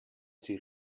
sie